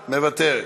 מוותרת?